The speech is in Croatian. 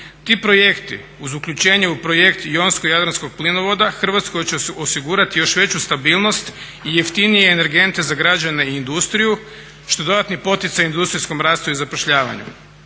Ti projekti uz uključenje uz Projekt Jonsko-jadranskog plinovoda Hrvatskoj će osigurati još veću i jeftinije energente za građane i industriju što je dodatni poticaj industrijskom rastu i zapošljavanju.